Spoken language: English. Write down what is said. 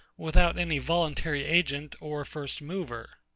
without any voluntary agent or first mover.